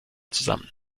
zusammen